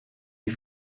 die